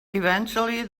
eventually